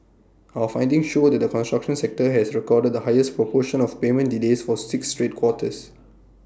our findings show that the construction sector has recorded the highest proportion of payment delays for six straight quarters